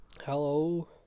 Hello